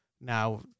now